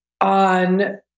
on